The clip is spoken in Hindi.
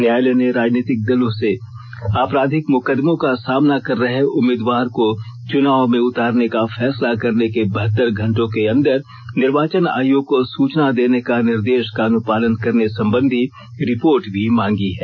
न्यायालय ने राजनीतिक दलों से आपराधिक मुकदमों का सामना कर रहे उम्मीदवार को चुनाव में उतारने का फैसला करने के बहतर घंटों के अन्दर निर्वाचन आयोग को सूचना देने के निर्देश का अनुपालन करने संबंधी रिपोर्ट भी मांगी है